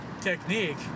technique